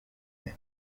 même